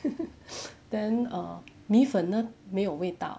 then err 米粉呢没有味道